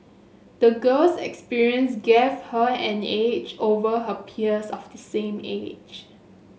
the girl's experience gave her an edge over her peers of the same age